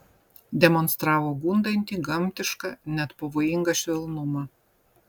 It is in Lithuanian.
demonstravo gundantį gamtišką net pavojingą švelnumą